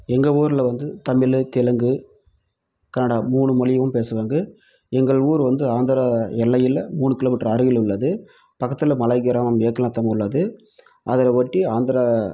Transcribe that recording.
எங்கள் ஊர்ல வந்து தமிழ் தெலுங்கு கன்னடா மூணு மொழியும் பேசுவாங்கள் எங்கள் ஊர் வந்து ஆந்திரா எல்லையில் மூணு கிலோமீட்டர் அருகில் உள்ளது பக்கத்தில் மலை கிராமம் ஏக்நத்தம் உள்ளது அதை ஒட்டி ஆந்திரா